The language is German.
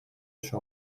wäsche